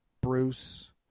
Bruce